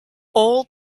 old